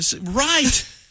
right